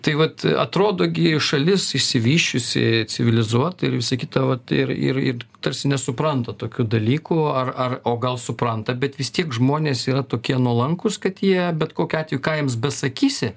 tai vat atrodo gi šalis išsivysčiusi civilizuota ir visa kita vat ir ir ir tarsi nesupranta tokių dalykų ar ar o gal supranta bet vis tiek žmonės yra tokie nuolankūs kad jie bet kokiu atveju ką jiems besakysi